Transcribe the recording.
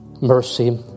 mercy